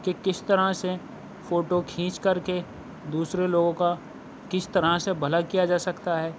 کہ کس طرح سے فوٹو کھینچ کر کے دوسرے لوگوں کا کس طرح سے بھلا کیا جا سکتا ہے